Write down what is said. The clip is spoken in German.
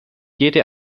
jede